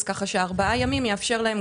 כך שארבעה ימים יאפשר להם,